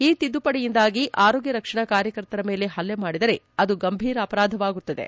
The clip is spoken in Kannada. ಈ ತಿದ್ದುಪಡಿಯಿಂದಾಗಿ ಆರೋಗ್ಯ ರಕ್ಷಣಾ ಕಾರ್ಯಕರ್ತರ ಮೇಲೆ ಹಲ್ಲೆ ಮಾಡಿದರೆ ಅದು ಗಂಭೀರ ಅಪರಾಧವಾಗುತ್ತದೆ